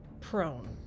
prone